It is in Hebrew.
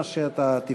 מה שאתה תבחר.